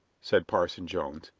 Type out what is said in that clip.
said parson jones.